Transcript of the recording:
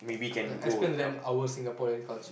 explain to them our Singaporean culture